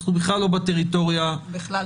אנחנו בכלל לא בטריטוריה הזו.